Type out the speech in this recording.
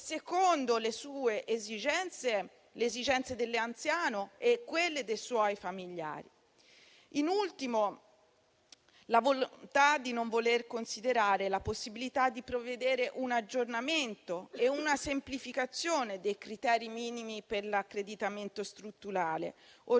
secondo le esigenze dell'anziano e quelle dei suoi familiari. In ultimo, a fronte della scelta di non considerare la possibilità di prevedere un aggiornamento e una semplificazione dei criteri minimi per l'accreditamento strutturale,